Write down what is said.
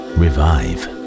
revive